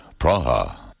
Praha